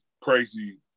crazy